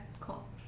Cool